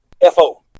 f-o